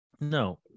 No